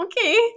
okay